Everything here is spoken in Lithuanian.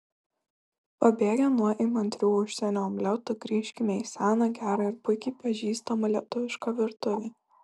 pabėgę nuo įmantrių užsienio omletų grįžkime į seną gerą ir puikiai pažįstamą lietuvišką virtuvę